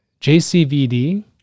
jcvd